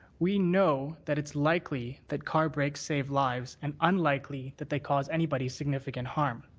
we know that it's likely that car brakes save lives. and unlikely that they cause anybody significant harm.